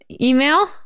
email